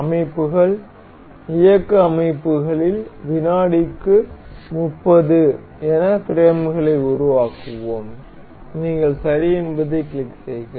அமைப்புகள் இயக்க அமைப்புகளில் வினாடிக்கு 30 என பிரேம்களை உருவாக்குவோம் நீங்கள் சரி என்பதைக் கிளிக் செய்க